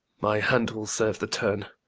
my hand will serve the turn,